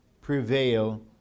prevail